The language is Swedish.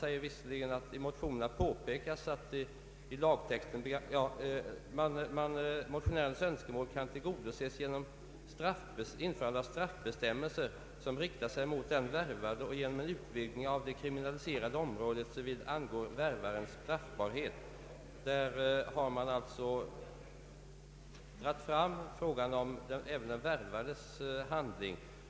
I utlåtandet heter det visserligen: ”Motionärernas önskemål kan tillgodoses genom införandet av straffbestämmelser som riktar sig mot den värvade och genom en utvidgning av det kriminaliserade området såvitt angår värvarens straffbarhet.” Utskottet har alltså dragit fram även frågan om den värvades handling.